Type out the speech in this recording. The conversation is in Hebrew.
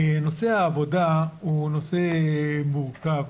נושא העבודה הוא נושא מורכב,